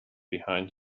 behind